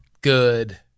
good